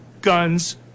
guns